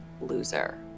loser